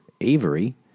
Avery